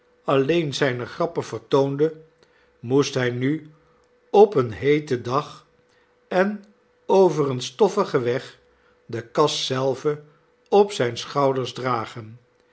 alleen zijne grappen vertoonde moest hij nu op een heeten dag en over een stoffigen weg de kast zelve op zijne schouders dragen